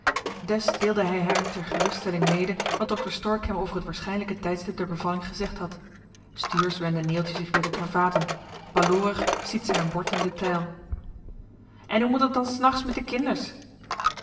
des deelde hij haar ter geruststelling mede wat dokter stork hem over het waarschijnlijke tijdstip der bevalling gezegd had stuursch wendde neeltje zich weer tot haar vaten baloorig stiet zij een bord in de teil en hoe mot et dan s nachts mit de kinders